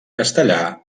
castellà